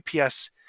ups